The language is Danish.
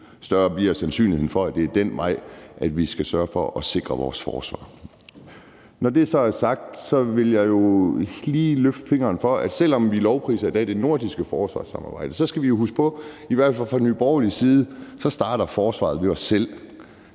større bliver sandsynligheden for, at det er den vej, vi skal sørge for at sikre vores forsvar. Når det så er sagt, vil jeg lige løfte fingeren og sige, at selv om vi i dag lovpriser det nordiske forsvarssamarbejde, skal vi huske på, at forsvaret i hvert fald for Nye Borgerlige starter ved os selv.